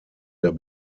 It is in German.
der